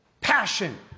passion